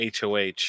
HOH